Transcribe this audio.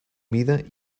mida